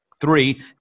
Three